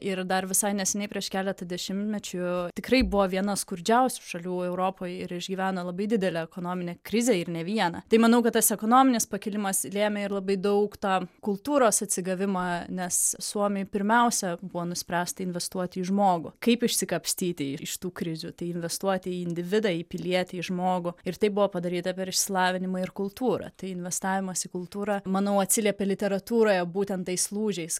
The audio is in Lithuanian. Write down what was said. ir dar visai neseniai prieš keletą dešimtmečių tikrai buvo viena skurdžiausių šalių europoj ir išgyveno labai didelę ekonominę krizę ir ne vieną tai manau kad tas ekonominis pakilimas lėmė ir labai daug tą kultūros atsigavimą nes suomijoj pirmiausia buvo nuspręsta investuoti į žmogų kaip išsikapstyti iš tų krizių tai investuoti į individą į pilietį į žmogų ir tai buvo padaryta per išsilavinimą ir kultūrą tai investavimas į kultūrą manau atsiliepė literatūroje būtent tais lūžiais